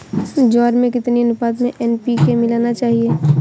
ज्वार में कितनी अनुपात में एन.पी.के मिलाना चाहिए?